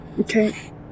Okay